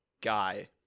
guy